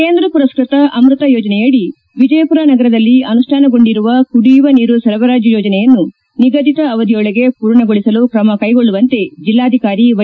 ಕೇಂದ್ರ ಪುರಸ್ಕೃತ ಅಮೃತ ಯೋಜನೆಯದಿ ವಿಜಯಪುರ ನಗರದಲ್ಲಿ ಅನುಷ್ಠಾನಗೊಂಡಿರುವ ಕುಡಿಯುವ ನೀರು ಸರಬರಾಜು ಯೋಜನೆಯನ್ನು ನಿಗದಿತ ಅವಧಿಯೊಳಗೆ ಪೂರ್ಣಗೊಳಿಸಲು ಕ್ರಮ ಕೈಗೊಳ್ಳುವಂತೆ ಜಿಲ್ಲಾಧಿಕಾರಿ ವೈ